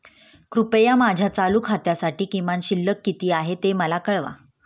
कृपया माझ्या चालू खात्यासाठी किमान शिल्लक किती आहे ते मला कळवा